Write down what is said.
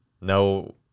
No